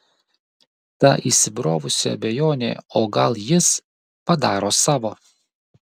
ta įsibrovusi abejonė o gal jis padaro savo